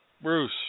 Bruce